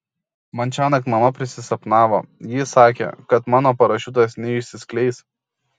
man šiąnakt mama prisisapnavo ji sakė kad mano parašiutas neišsiskleis